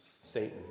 Satan